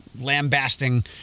lambasting